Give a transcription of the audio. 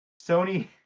sony